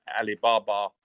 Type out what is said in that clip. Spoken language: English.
Alibaba